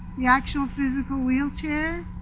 the actual physical wheelchair.